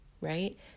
Right